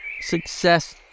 success